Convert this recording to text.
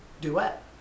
duet